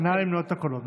נא למנות את הקולות,